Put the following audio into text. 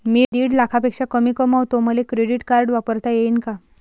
मी दीड लाखापेक्षा कमी कमवतो, मले क्रेडिट कार्ड वापरता येईन का?